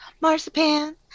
Marzipan